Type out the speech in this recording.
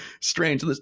Strange